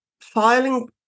filing